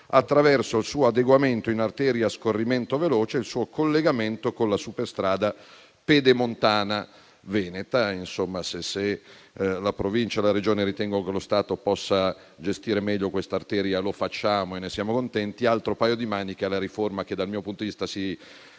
attraverso il suo adeguamento in arteria a scorrimento veloce e il suo collegamento con la superstrada Pedemontana veneta. In sostanza, se la Provincia e la Regione ritengono che lo Stato possa gestire meglio questa arteria, lo facciamo e ne siamo contenti. Altro paio di maniche è la riforma - dal mio punto di vista si